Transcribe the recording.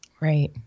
Right